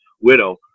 widow